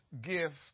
gift